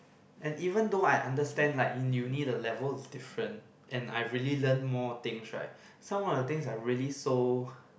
and even though I understand like in uni the level is different and I really learned more things right some of the things are really so